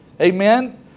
Amen